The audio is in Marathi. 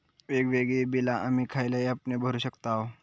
वेगवेगळी बिला आम्ही खयल्या ऍपने भरू शकताव?